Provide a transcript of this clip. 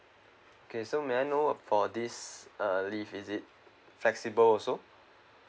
okay so may I know for this uh leave is it flexible also